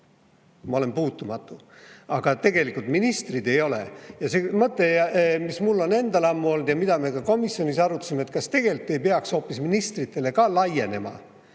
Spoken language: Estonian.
ma olen puutumatu. Aga ministrid ei ole ja mõte, mis mul on endal ammu olnud ja mida me ka komisjonis arutasime: kas tegelikult ei peaks hoopis ministritele ka laienema